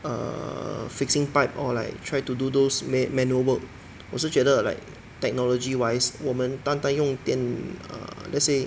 err fixing pipe or like try to do those man~ manual work 我是觉得 like technology wise 我们单单用电 err let's say